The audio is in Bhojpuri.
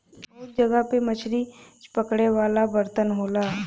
बहुत जगह पे मछरी पकड़े वाला बर्तन होला